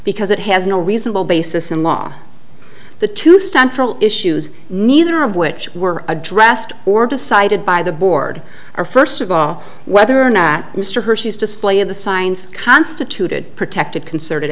because it has no reasonable basis in law the two stand for all issues neither of which were addressed or decided by the board or first of all whether or not mr hershey's display of the signs constituted protected concerted